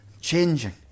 Changing